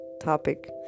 topic